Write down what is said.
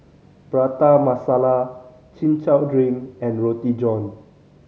Prata Masala Chin Chow drink and Roti John